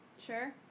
Sure